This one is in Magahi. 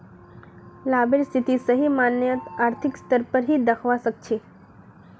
लाभेर स्थिति सही मायनत आर्थिक स्तर पर ही दखवा सक छी